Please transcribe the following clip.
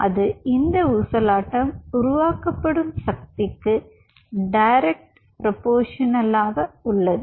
அது இந்த ஊசலாட்டம் உருவாக்கப்படும் சக்திக்கு டைரக்ட் ப்ரோபெர்சோனாலாக உள்ளது